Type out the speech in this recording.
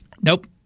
Nope